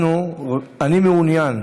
אני מעוניין,